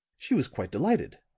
she was quite delighted,